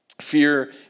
Fear